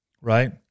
right